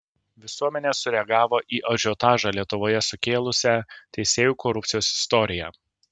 visuomenė sureagavo į ažiotažą lietuvoje sukėlusią teisėjų korupcijos istoriją